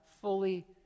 fully